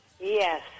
Yes